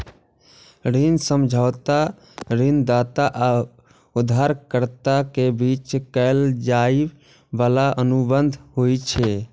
ऋण समझौता ऋणदाता आ उधारकर्ता के बीच कैल जाइ बला अनुबंध होइ छै